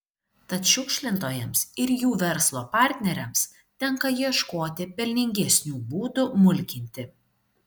tad šiukšlintojams ir jų verslo partneriams tenka ieškoti pelningesnių būdų mulkinti